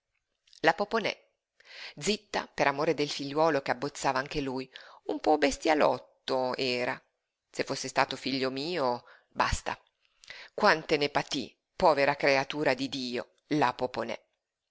la poponè zitta per amore del figliuolo che abbozzava anche lui un po bestialotto era se fosse stato figlio mio basta quante ne patí povera creatura di dio la poponè